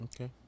Okay